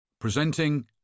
Presenting